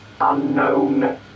Unknown